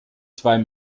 zwei